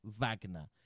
Wagner